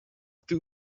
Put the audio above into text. two